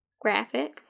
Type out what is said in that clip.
graphic